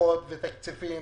תמיכות ותקציבים